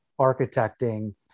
architecting